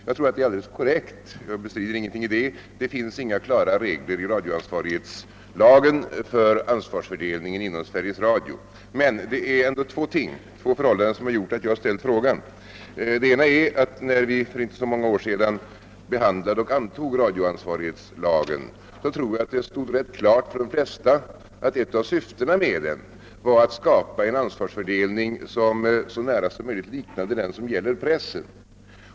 Jag tror det är alldeles korrekt — jag bestrider ingenting därvidlag — att det inte finns några klara regler i radioansvarighetslagen när det gäller ansvarsfördelningen inom Sveriges Radio. Men det är ändå två förhållanden som har gjort att jag framställt min fråga. Det ena är att när riksdagen för inte så många år sedan behandlade och antog radioansvarighetslagen tror jag det stod rätt klart för de flesta att ett av syftena med lagen var att skapa en ansvarsfördelning som så nära som möjligt liknar den som gäller för pressen.